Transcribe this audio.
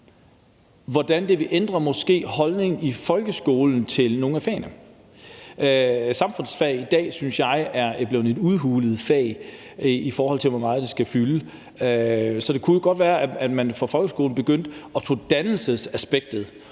kunne ændre holdning i folkeskolen til nogle af fagene. Samfundsfag i dag synes jeg er blevet et udhulet fag, i forhold til hvor meget det skal fylde. Så det kunne jo godt være, at man fra folkeskolens side skulle begynde at tage dannelsesaspektet